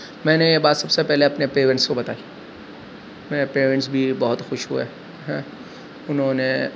میں نے یہ بات سب سے پہلے اپنے پیرینٹس کو بتائی میرے پیرینٹس بھی بہت خوش ہوئے ہاں انہوں نے